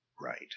Right